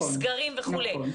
סגרים וכו'.